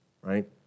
right